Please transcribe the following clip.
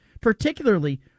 particularly